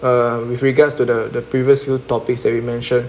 uh with regards to the the previous few topics that we mention